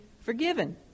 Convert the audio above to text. forgiven